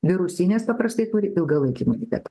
virusinės paprastai turi ilgalaikį imunitetą